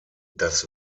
das